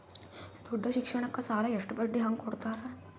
ದೊಡ್ಡ ಶಿಕ್ಷಣಕ್ಕ ಸಾಲ ಎಷ್ಟ ಬಡ್ಡಿ ಹಂಗ ಕೊಡ್ತಾರ?